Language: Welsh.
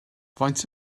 faint